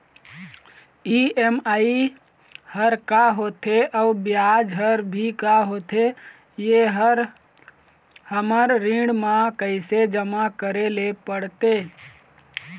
EMI हर का होथे अऊ ब्याज हर भी का होथे ये हर हमर ऋण मा कैसे जमा करे ले पड़ते?